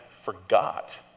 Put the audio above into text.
forgot